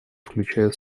включая